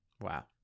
Wow